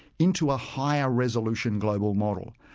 into a higher resolution global model.